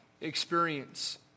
experience